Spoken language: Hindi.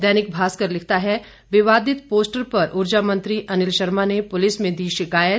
दैनिक भास्कर लिखता है विवादित पोस्टर पर ऊर्जा मंत्री अनिल शर्मा ने पुलिस में दी शिकायत